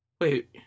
Wait